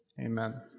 Amen